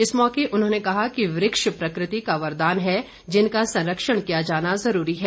इस मौके उन्होंने कहा कि वृक्ष प्रकृति का वरदान है जिनका संरक्षण किया जाना जरूरी है